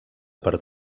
per